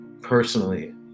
personally